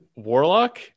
Warlock